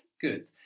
Good